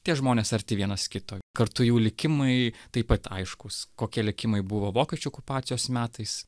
tie žmonės arti vienas kito kartu jų likimai taip pat aiškūs kokie likimai buvo vokiečių okupacijos metais